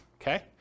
Okay